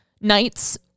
nights